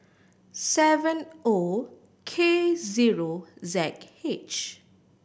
seven O K zero Z H